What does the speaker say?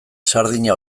sardina